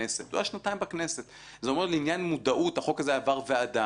היום הוא כבר יכול לקבל את זה.